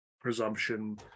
presumption